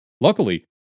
Luckily